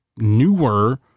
newer